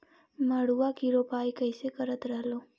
मड़उआ की रोपाई कैसे करत रहलू?